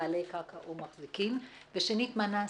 בעלי קרקע או מחזיקים, ושנית, מה נעשה.